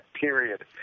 period